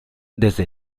desde